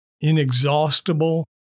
inexhaustible